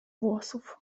włosów